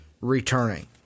returning